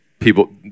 people